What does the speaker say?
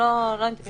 אני